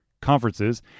conferences